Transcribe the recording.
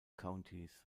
countys